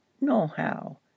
nohow